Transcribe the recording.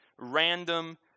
random